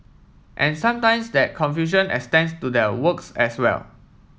and sometimes that confusion extends to their works as well